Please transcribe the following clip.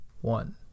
one